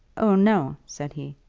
oh, no, said he.